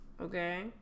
Okay